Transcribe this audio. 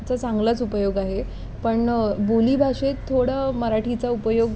चा चांगलाच उपयोग आहे पण बोली भाषेत थोडं मराठीचा उपयोग